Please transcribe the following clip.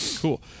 cool